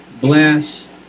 bless